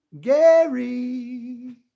Gary